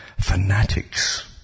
fanatics